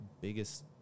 biggest